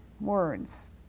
words